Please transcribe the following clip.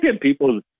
people